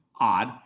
odd